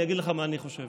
אני אגיד לך מה אני חושב.